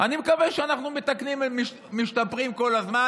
אני מקווה שאנחנו מתקנים, משתפרים כל הזמן.